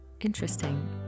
Interesting